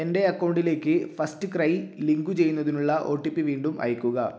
എൻ്റെ അക്കൗണ്ടിലേക്ക് FirstCry link ചെയ്യുന്നതിനുള്ള ഒ ടി പി വീണ്ടും അയയ്ക്കുക